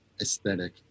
aesthetic